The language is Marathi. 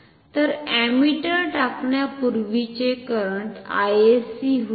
तर अमीटर टाकण्यापूर्वीचे करंट Isc होते